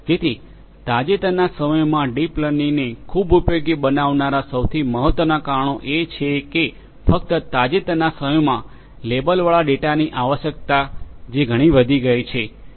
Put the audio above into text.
જેથી તાજેતરના સમયમાં ડીપ લર્નિંગને ખૂબ ઉપયોગી બનાવનારા સૌથી મહત્વપૂર્ણ કારણો એ છે કે ફક્ત તાજેતરના સમયમાં લેબલવાળા ડેટાની આવશ્યકતા જે ઘણી વધી ગઈ છે